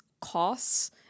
costs